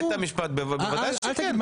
בוודאי שכן.